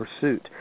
pursuit